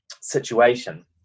Situation